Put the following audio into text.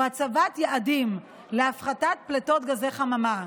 הוא הצבת יעדים להפחתת פליטות גזי חממה.